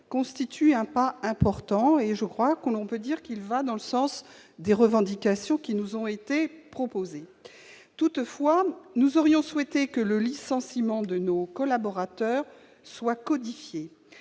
constitue un pas important. Je crois pouvoir dire qu'il va dans le sens des revendications qui nous ont été présentées. Toutefois, nous aurions souhaité que le licenciement de nos collaborateurs soit codifié.